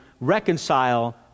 reconcile